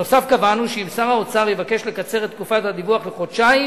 נוסף על כך קבענו שאם שר האוצר יבקש לקצר את תקופת הדיווח לחודשיים,